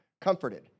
comforted